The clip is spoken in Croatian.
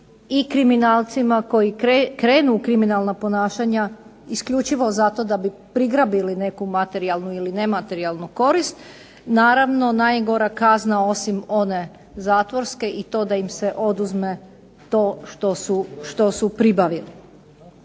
i kriminalcima koji krenu u kriminalna ponašanja isključivo zato da bi prigrabili neku materijalnu, ili nematerijalnu korist, naravno najgora kazna osim one zatvorske i to da im se oduzme to što su pribavili.